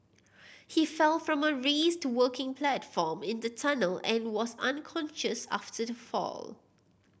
he fell from a raised working platform in the tunnel and was unconscious after the fall